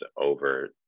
over